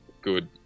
good